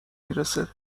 میرسه